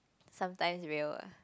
sometimes real ah